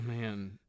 man